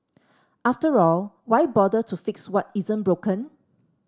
after all why bother to fix what isn't broken